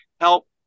help